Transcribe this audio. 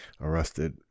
arrested